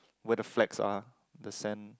where the flag are the sand